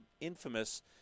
infamous